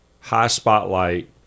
high-spotlight